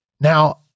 Now